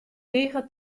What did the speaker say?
tige